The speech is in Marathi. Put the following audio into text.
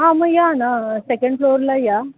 हा मग या ना सेकंड फ्लोअरला या